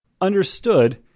Understood